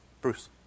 Bruce